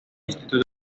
instituto